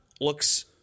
looks